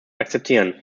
akzeptieren